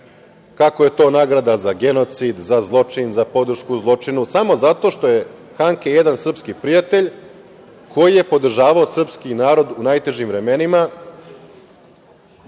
kako je to nagrada za genocid, za zločin, za podršku zločinu, samo zato što je Hanke jedan srpski prijatelj koji je podržavao srpski narod u najtežim vremenima